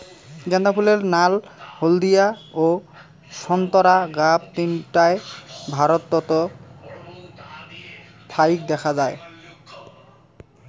গ্যান্দা ফুলের নাল, হলদিয়া ও সোন্তোরা গাব তিনটায় ভারতত ফাইক দ্যাখ্যা যায়